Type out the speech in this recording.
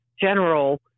general